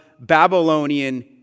Babylonian